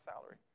salary